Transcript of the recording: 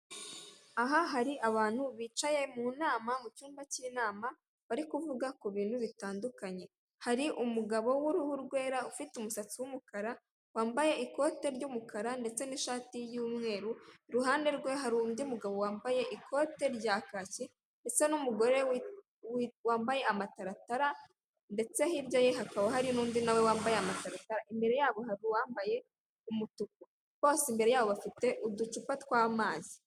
Aha hari abantu bicaye mu nama, mu cyumba cy'inama bari kuvuga ku bintu bitandukanye, hari umugabo w'uruhu rwera ufite umusatsi w'umukara, wambaye ikote ry'umukara, ndetse n'ishati y'umweru, iruhande rwe hari undi mugabo wambaye ikote rya kaki, isa n'umugore wambaye amataratara ndetse hirya ye hakaba hari n'undi nawe wambaye amataratara, imbere yabo hari uwambaye umutuku bose imbere yabo bafite uducupa tw'amaz.i